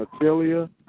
Natalia